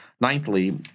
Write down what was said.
Ninthly